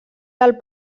del